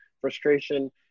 frustration